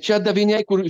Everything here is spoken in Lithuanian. čia daviniai kur